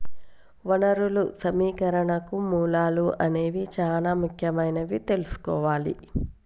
వనరులు సమీకరణకు మూలాలు అనేవి చానా ముఖ్యమైనవని తెల్సుకోవాలి